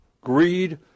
greed